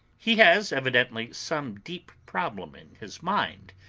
he has evidently some deep problem in his mind,